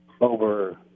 over